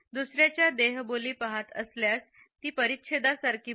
दुसर्याच्या देहबोली पहात असल्यास ती परिच्छेदासारखी बनते